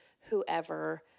whoever